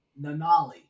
Nanali